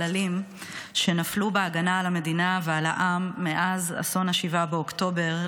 החללים שנפלו בהגנה על המדינה ועל העם מאז אסון 7 באוקטובר,